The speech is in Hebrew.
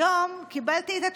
היום קיבלתי את התשובה.